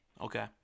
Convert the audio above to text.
Okay